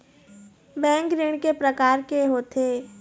Bank ऋण के प्रकार के होथे?